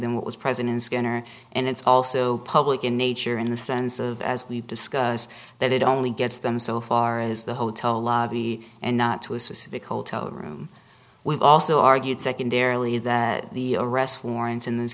than what was present in skinner and it's also public in nature in the sense of as we've discussed that it only gets them so far as the hotel lobby and not to a specific hotel room we've also argued secondarily that the arrest warrants in this